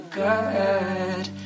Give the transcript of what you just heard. good